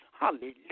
Hallelujah